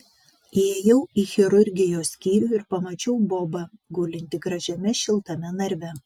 įėjau į chirurgijos skyrių ir pamačiau bobą gulintį gražiame šiltame narve